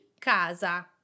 casa